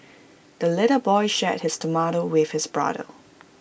the little boy shared his tomato with his brother